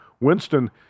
Winston